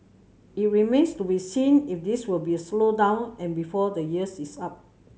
it remains to be seen if this will be a slowdown and before the years is up